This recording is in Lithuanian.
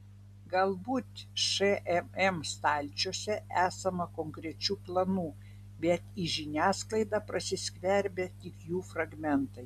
galbūt šmm stalčiuose esama konkrečių planų bet į žiniasklaidą prasiskverbia tik jų fragmentai